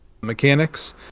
mechanics